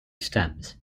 stems